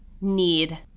need